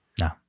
No